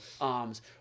arms